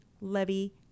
levy